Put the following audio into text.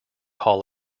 hall